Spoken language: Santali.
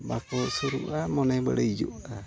ᱵᱟᱠᱚ ᱥᱩᱨᱩᱜᱼᱟ ᱢᱚᱱᱮ ᱵᱟᱹᱲᱤᱡᱚᱜᱼᱟ